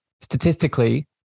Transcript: statistically